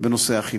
בנושא האכיפה.